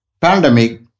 pandemic